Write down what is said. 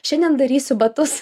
šiandien darysiu batus